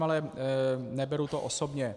Ale neberu to osobně.